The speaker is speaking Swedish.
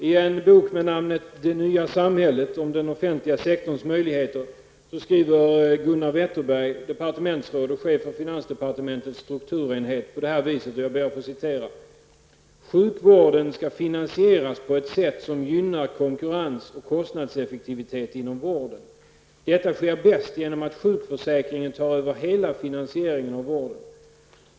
I en bok med namnet ''Det nya samhället, om den offentliga sektorns möjligheter'' skriver Gunnar Wetterberg, departementsråd och chef för finansdepartementets strukturenhet, så här: ''Sjukvården skall finansieras på ett sätt som gynnar konkurrens och kostnadseffektivitet inom vården. Detta sker bäst genom att sjukförsäkringen tar över hela finansieringen av vården.